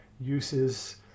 uses